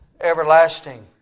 everlasting